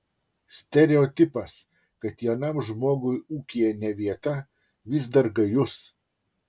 stereotipas kad jaunam žmogui ūkyje ne vieta vis dar gajus